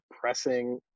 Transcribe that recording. pressing